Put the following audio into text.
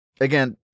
Again